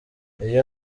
iyo